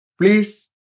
Please